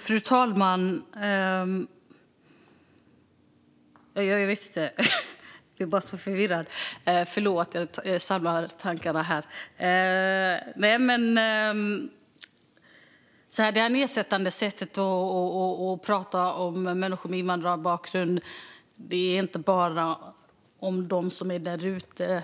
Fru talman! Det nedsättande sättet att tala om människor med invandrarbakgrund handlar inte bara om dem som är därute.